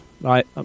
right